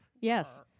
yes